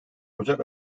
ocak